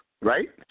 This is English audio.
Right